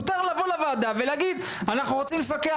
מותר לבוא לוועדה ולהגיד: "אנחנו רוצים לפקח.